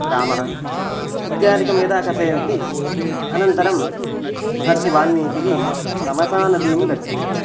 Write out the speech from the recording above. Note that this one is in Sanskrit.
रामः इत्यादिकं यदा कथयन्ति अनन्तरं महर्षिवाल्मीकिः तमसा नदीं गच्छति